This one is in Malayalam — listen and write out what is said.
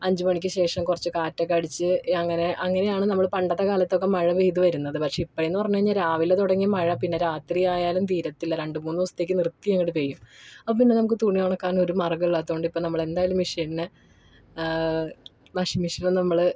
അഞ്ച് മണിക്ക് ശേഷം കുറച്ച് കാറ്റൊക്കെ അടിച്ച് അങ്ങനെ അങ്ങനെയാണ് നമ്മൾ പണ്ടത്തെ കാലത്തൊക്കെ മഴ പെയ്തു വരുന്നത് പക്ഷെ ഇപ്പോഴെന്ന് പറഞ്ഞു കഴിഞ്ഞാൽ രാവിലെ തുടങ്ങിയ മഴ പിന്നെ രാത്രിയായാലും തീരത്തില്ല രണ്ട് മൂന്നു ദിവസത്തേക്ക് നിർത്തിയങ്ങോട്ട് പെയ്യും അപ്പോൾ പിന്നെ നമുക്ക് തുണി ഉണക്കാൻ ഒരു മാർഗ്ഗമില്ലാത്തതുകൊണ്ട് ഇപ്പം നമ്മൾ എന്തായാലും മിഷ്യനെ വാഷിംഗ് മിഷീനെ നമ്മൾ